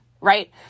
right